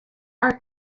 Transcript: are